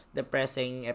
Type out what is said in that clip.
depressing